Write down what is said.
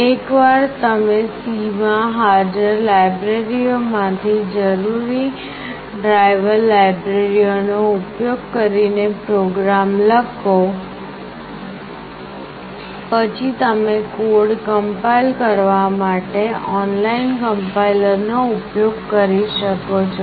એકવાર તમે C માં હાજર લાઇબ્રેરીમાંથી જરૂરી ડ્રાઇવર લાઇબ્રેરીઓનો ઉપયોગ કરીને પ્રોગ્રામ લખો પછી તમે કોડ કમ્પાઇલ કરવા માટે ઓનલાઇન કમ્પાઇલરનો ઉપયોગ કરી શકો છો